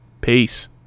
Peace